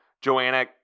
Joanna